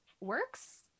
works